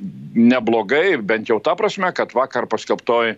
neblogai bent jau ta prasme kad vakar paskelbtoj